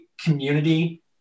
community